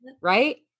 Right